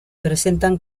presentan